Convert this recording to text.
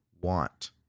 want